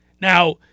Now